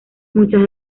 muchas